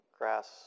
grass